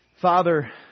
Father